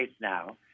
now